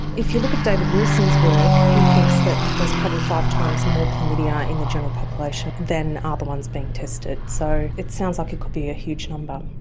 if you look at david wilson's work, he thinks that there's probably five times more chlamydia in the general population than are the ones being tested, so it sounds like it could be a huge number.